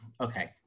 okay